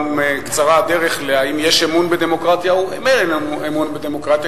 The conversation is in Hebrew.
קצרה הדרך לשאלה אם יש אמון בדמוקרטיה או אין אמון בדמוקרטיה,